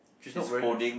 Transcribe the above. she's not wearing her shoe